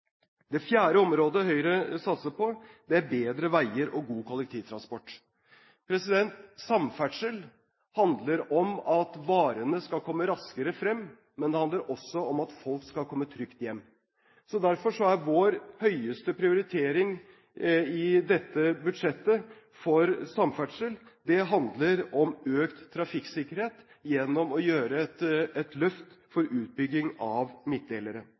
Det fjerde området Høyre satser på, er bedre veier og god kollektivtransport. Samferdsel handler om at varene skal komme raskere frem, men det handler også om at folk skal komme trygt hjem. Derfor handler vår høyeste prioritering for samferdsel i dette budsjettet om økt trafikksikkerhet gjennom å gjøre et løft for utbygging av